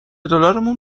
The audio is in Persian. دلارمون